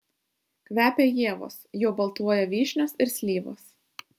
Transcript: kvepia ievos jau baltuoja vyšnios ir slyvos